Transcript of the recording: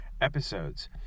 episodes